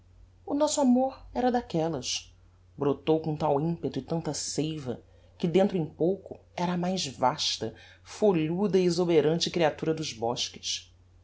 o nosso amor era daquellas brotou com tal impeto e tanta seiva que dentro em pouco era a mais vasta folhuda e exuberante creatura dos bosques